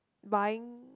buying